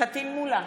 פטין מולא,